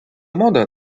мода